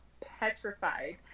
petrified